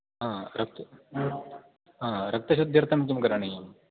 हा रक्त रक्तशुद्ध्यर्थं किं करणीयम्